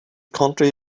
country